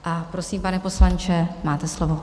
A prosím, pane poslanče, máte slovo.